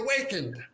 awakened